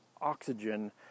oxygen